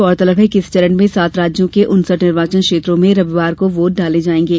गौरतलब है कि इस चरण में सात राज्यों के उनसठ निर्वाचन क्षेत्रों में रविवार को वोट डाले जाएंगे